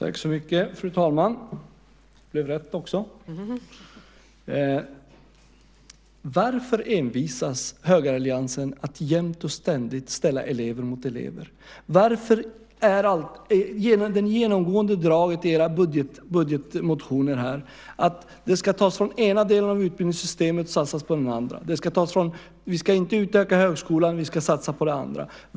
Fru talman! Varför envisas högeralliansen med att jämt och ständigt ställa elever mot elever? Det genomgående draget i era budgetmotioner är att det ska tas från den ena delen av utbildningssystemet och satsas på den andra. Vi ska inte utöka högskolan. Vi ska satsa på det andra.